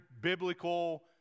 biblical